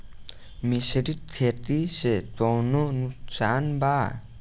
मिश्रित खेती से कौनो नुकसान बा?